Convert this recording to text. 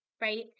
right